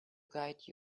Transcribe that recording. guide